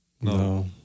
No